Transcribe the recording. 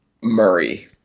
murray